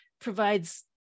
provides